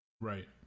Right